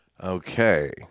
Okay